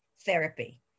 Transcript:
therapy